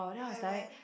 where where